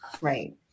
Right